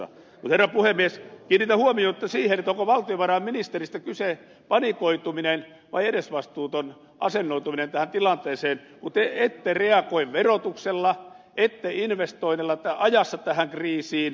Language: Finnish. mutta herra puhemies kiinnitän huomiota siihen onko valtiovarainministeristä kyseessä panikoituminen vai edesvastuuton asennoituminen tähän tilanteeseen kun te ette reagoi verotuksella ette investoinneilla ajassa tähän kriisiin